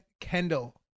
Kendall